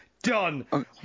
done